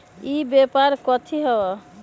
ई व्यापार कथी हव?